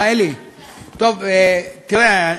אלי, תראה,